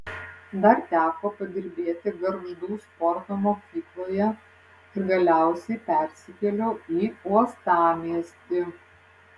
dar teko padirbėti gargždų sporto mokykloje ir galiausiai persikėliau į uostamiestį